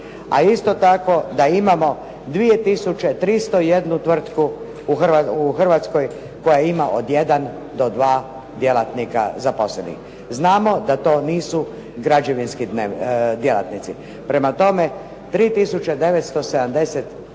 a isto tako da imamo 2301 tvrtku u Hrvatskoj koja ima od jedan do dva djelatnika zaposlenih. Znamo da to nisu građevinski djelatnici. Prema tome, 3970